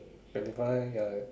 twenty five ya